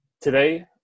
Today